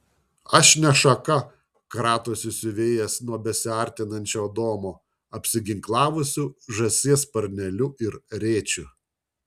aš ne šaka kratosi siuvėjas nuo besiartinančio adomo apsiginklavusio žąsies sparneliu ir rėčiu